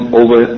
over